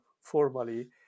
formally